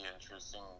interesting